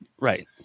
Right